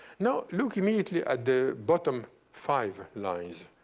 now, look immediately at the bottom five lines.